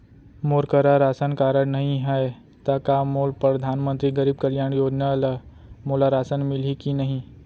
मोर करा ration card नहीं है त का मोल परधानमंतरी गरीब कल्याण योजना ल मोला राशन मिलही कि नहीं?